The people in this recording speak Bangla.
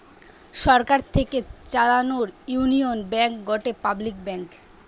সরকার থেকে চালানো ইউনিয়ন ব্যাঙ্ক গটে পাবলিক ব্যাঙ্ক